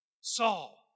Saul